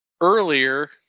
earlier